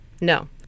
No